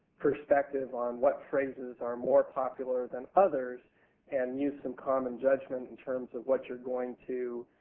perspective on what phrases are more popular than others and use some common judgment in terms of what youire going to